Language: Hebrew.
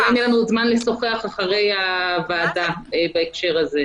השאלה אם יהיה לנו עוד זמן לשוחח אחרי הדיון בהקשר הזה?